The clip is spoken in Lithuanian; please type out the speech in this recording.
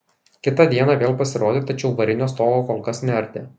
kitą dieną vėl pasirodė tačiau varinio stogo kol kas neardė